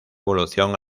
evolución